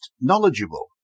knowledgeable